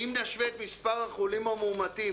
אם נשווה את מספר החולים המאומתים